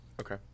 Okay